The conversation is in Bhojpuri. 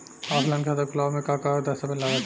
ऑफलाइन खाता खुलावे म का का दस्तावेज लगा ता?